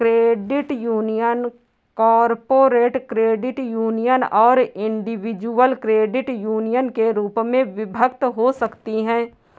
credit union corporate credit union और individual credit union के रूप में विभक्त हो सकती हैं